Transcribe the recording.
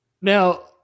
Now